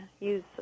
use